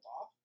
off